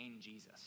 Jesus